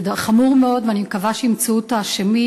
זה חמור מאוד, ואני מקווה שימצאו את האשמים.